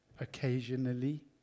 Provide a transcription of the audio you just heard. occasionally